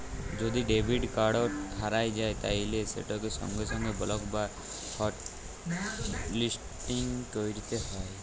যদি debit card হারাঁয় যায় তাইলে সেটকে সঙ্গে সঙ্গে বলক বা হটলিসটিং ক্যইরতে হ্যয়